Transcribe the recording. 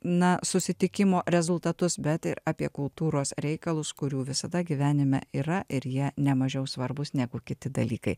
na susitikimo rezultatus bet ir apie kultūros reikalus kurių visada gyvenime yra ir jie ne mažiau svarbūs negu kiti dalykai